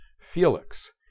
Felix